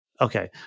Okay